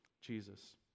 Jesus